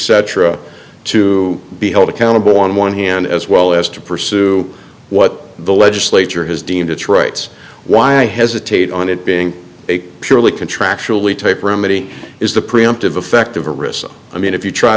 cetera to be held accountable on one hand as well as to pursue what the legislature has deemed its rights why i hesitate on it being a purely contractually type remedy is the preemptive effect of a risk i mean if you try